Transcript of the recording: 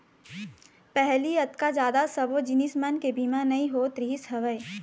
पहिली अतका जादा सब्बो जिनिस मन के बीमा नइ होवत रिहिस हवय